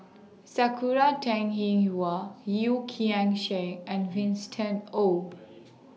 Sakura Teng Ying Hua Yeo Kian Chye and Winston Oh